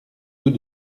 tout